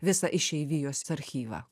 visą išeivijos archyvą